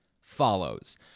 Follows